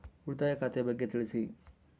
ಉಳಿತಾಯ ಖಾತೆ ಬಗ್ಗೆ ತಿಳಿಸಿ?